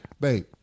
Babe